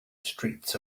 streets